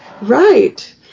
Right